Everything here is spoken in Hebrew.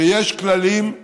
שיש כללים,